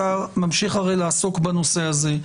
השר ממשיך הרי לעסוק בנושא הזה.